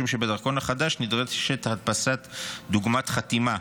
משום שבדרכון החדש נדרשת הדפסת דוגמת חתימה,